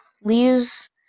leaves